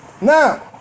Now